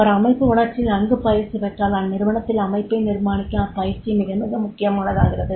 அவர் அமைப்பு வளர்ச்சியில் நன்கு பயிற்சி பெற்றால் அந்நிறுவனத்தில் அமைப்பை நிர்மாணிக்க அப்பயிற்சி மிக மிக முக்கியமானதகிறது